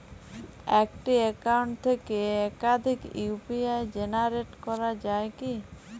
একটি অ্যাকাউন্ট থেকে একাধিক ইউ.পি.আই জেনারেট করা যায় কি?